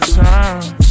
time